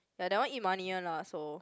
ya that one eat money one lah so